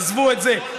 עזבו את זה.